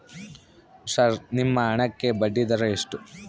Sir ನಿಮ್ಮ ಹಣಕ್ಕೆ ಬಡ್ಡಿದರ ಎಷ್ಟು?